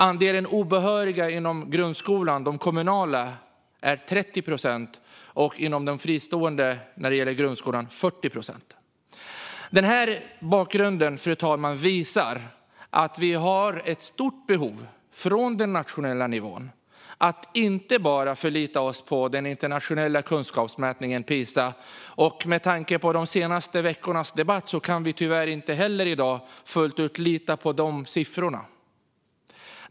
Andelen obehöriga är inom den kommunala grundskolan 30 procent och inom den fristående grundskolan 40 procent. Den här bakgrunden, fru talman, visar att vi har ett stort behov på den nationella nivån att inte förlita oss enbart på den internationella kunskapsmätningen Pisa. Med tanke på de senaste veckornas debatt kan vi tyvärr inte fullt ut lita på de sifforna.